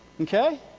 Okay